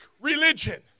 religion